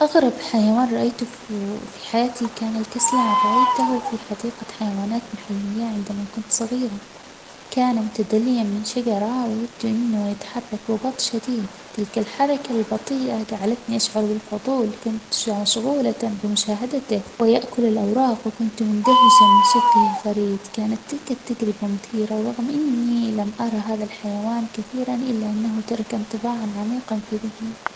أغرب حيوان رأيته في حياتي كان الكسلان رأيته في حديقة حيوان محلية عندما كنت صغيرة، كان متدلياً من شجرة ويبدو إنه يتحرك ببطء شديد تلك الحركة البطيئة جعلتني اشعر بالفضول كنت مشغولة بمشاهدته وهو يأكل الأوراق وكنت مندهشة من شكله الفريد كانت تلك التجربة مثيرة ورغم إني لم أرى هذا الحيوان كثيراً إلا أنه ترك انطباعاً عميقاً في ذهني.